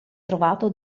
trovato